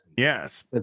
Yes